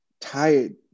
tired